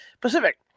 Pacific